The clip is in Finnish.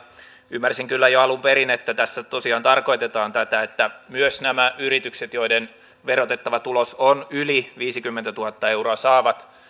ymmärsin kyllä jo alun perin että tässä tosiaan tarkoitetaan tätä että myös nämä yritykset joiden verotettava tulos on yli viisikymmentätuhatta euroa saavat